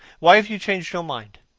why have you changed your mind?